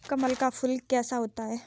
कमल का फूल कैसा होता है?